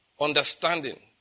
understanding